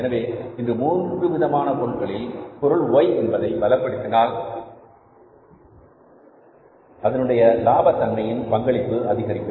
எனவே இந்த மூன்று விதமான பொருட்களில் பொருள் ஓய் என்பதை பலப்படுத்தினால் அதனுடைய லாப தன்மையின் பங்களிப்பு அதிகரிக்கும்